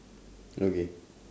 okay